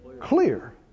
Clear